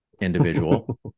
individual